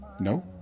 No